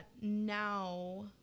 now